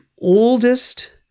oldest